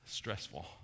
Stressful